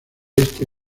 este